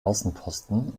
außenposten